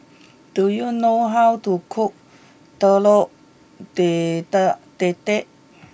do you know how to cook Telur data Dadah